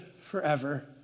forever